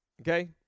okay